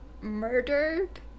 murdered